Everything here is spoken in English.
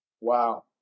Wow